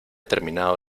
terminado